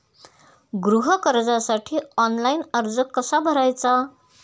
गृह कर्जासाठी ऑनलाइन अर्ज कसा भरायचा?